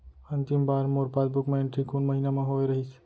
अंतिम बार मोर पासबुक मा एंट्री कोन महीना म होय रहिस?